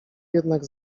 jednak